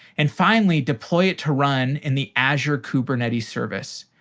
and finally, deploy it to run in the azure kubernetes service.